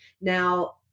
Now